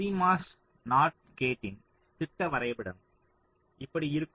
CMOS not கேட்டின் திட்ட வரைபடம் இப்படி இருக்கும்